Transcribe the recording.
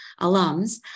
alums